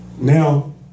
Now